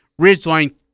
Ridgeline